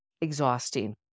exhausting